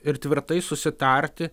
ir tvirtai susitarti